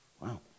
Wow